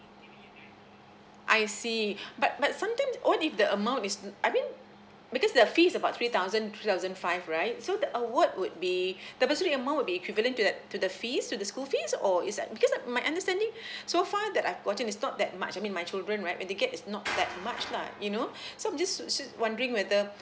I see but but sometimes what if the amount is not I mean because the fee is about three thousand three thousand five right so the award would be the bursary amount would be equivalent to that to the fees to the school fees or is that because I my understanding so far that I've gotten is not that much I mean my children right what they get is not that much lah you know so I'm just just wondering whether